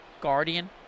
Guardian